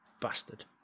Bastard